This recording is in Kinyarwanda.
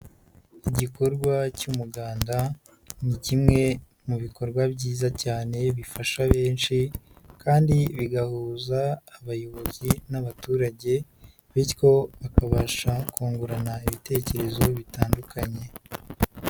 Igikorwa cy'umuganda ni kimwe mu bikorwa byiza cyane bifasha benshi kandi bigahuza abayobozi n'abaturage bityo bakabasha kungurana ibitekerezo bitandukanye.